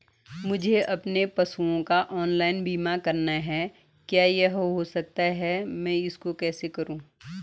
मुझे अपने पशुओं का ऑनलाइन बीमा करना है क्या यह हो सकता है मैं इसको कैसे करूँ?